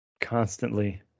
constantly